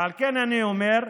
ועל כן אני אומר,